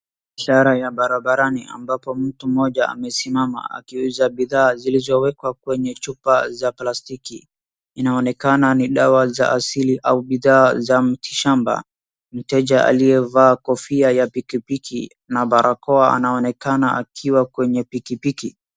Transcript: Biashara ya barabarani ambapo mtu moja amesimama akiuza bidhaa zilizowekwa kwenye chupa za plastiki. Inaonekana ni dawa za asili au bidhaa za mti shamba. Mteja aliyevaa kofia ya pikipiki na barakoa anaonekana akiwa kwenye pikipiki.